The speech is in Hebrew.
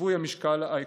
שיווי המשקל האקולוגי.